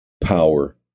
power